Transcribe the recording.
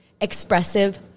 expressive